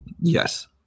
Yes